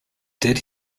did